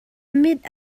mit